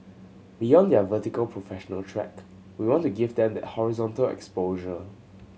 beyond their vertical professional track we want to give them that horizontal exposure